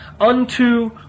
unto